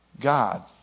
God